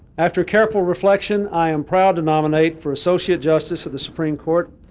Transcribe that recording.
after careful reflection, i am proud to nominate for associate justice of the supreme court.